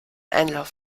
einlauf